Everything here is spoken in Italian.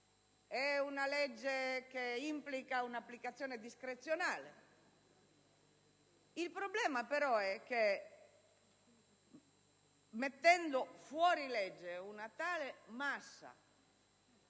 È una legge che implica un'applicazione discrezionale; il problema, però, è cosa accadrebbe mettendo fuorilegge una tale massa